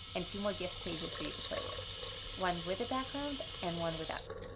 and two more gift pages for you to play with one with a background and one without.